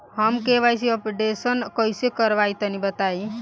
हम KYC updation कइसे करवाई तनि बताई?